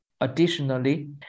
Additionally